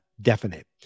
definite